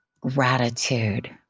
gratitude